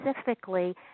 specifically